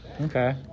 Okay